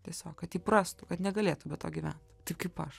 tiesiog kad įprastų kad negalėtų be to gyvent taip kaip aš